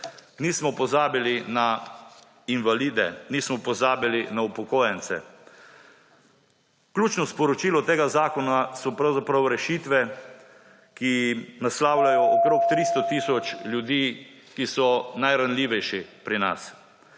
Nismo pozabili na invalide, nismo pozabili na upokojence. Ključno sporočilo tega zakona so pravzaprav rešitve, ki naslavljajo okoli 300 tisoč ljudi, ki so najranljivejši pri nas.